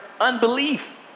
unbelief